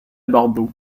bordeaux